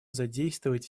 задействовать